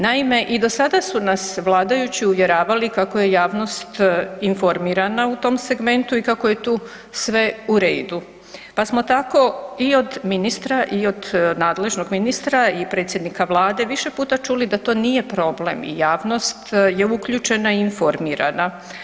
Naime, i do sada su nas vladajući uvjeravali kako je javnost informirana u tom segmentu i kako je tu sve u redu, pa smo tako i od ministra i od nadležnog ministra i predsjednika Vlade više puta čuli da to nije problem i javnost je uključena i informiranja.